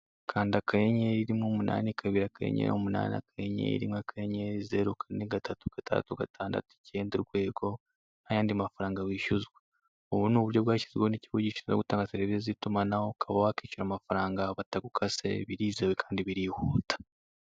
Kanda akayenyeri rimwe umunani kabiri, akanyenyeri umunani, akanyenyeri rimwe, akanyenyeri zeru kane gatatu gatandatu gatandatu icyenda, urwego, nta yandi mafaranga wishyuzwa, ubu ni uburyo bwashyizweho n'ikigo gishinzwe gutanga serivi z'itumanaho, ukaba wakishyura amafaranga batagukase, birizewe kandi birihuta.